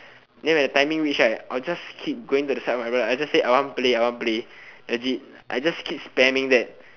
then when the timing reach right I'll just keep going to the side of my brother I just say I want play I want play legit I just keep spamming that